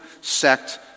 sect